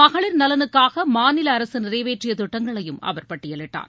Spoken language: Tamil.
மகளிர் நலனுக்காக மாநில அரசு நிறைவேற்றிய திட்டங்களையும் அவர் பட்டியலிட்டார்